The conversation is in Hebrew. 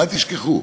ואל תשכחו,